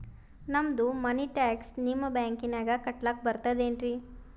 ನಮ್ದು ಮನಿ ಟ್ಯಾಕ್ಸ ನಿಮ್ಮ ಬ್ಯಾಂಕಿನಾಗ ಕಟ್ಲಾಕ ಬರ್ತದೇನ್ರಿ?